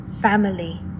Family